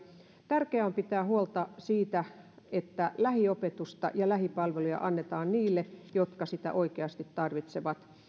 tärkeää on pitää huolta siitä että lähiopetusta ja lähipalveluja annetaan niille jotka sitä oikeasti tarvitsevat